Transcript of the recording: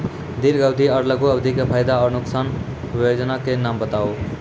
दीर्घ अवधि आर लघु अवधि के फायदा आर नुकसान? वयोजना के नाम बताऊ?